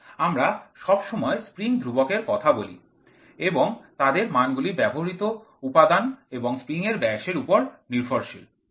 আমরা সবসময় স্প্রিং ধ্রুবকের কথা বলি এবং তাদের মানগুলি ব্যবহৃত উপাদান এবং স্প্রিং এর ব্যাসের উপর নির্ভরশীল